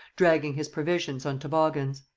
dragging his provisions on toboggans.